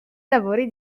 lavori